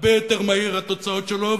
הרבה יותר מהיר, התוצאות שלו.